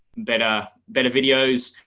better better videos,